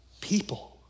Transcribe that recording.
people